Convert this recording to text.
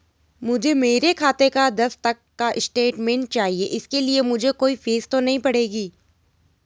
मुझे मेरे खाते का दस तक का स्टेटमेंट चाहिए इसके लिए मुझे कोई फीस तो नहीं पड़ेगी?